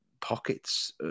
pockets